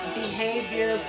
behavior